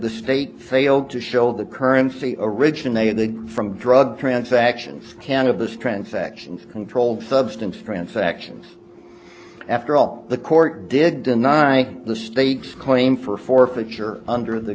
the state failed to show the currency originated from drug transactions cannabis transactions controlled substance transactions after all the court did deny the stakes claim for forfeiture under the